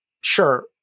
sure